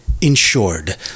insured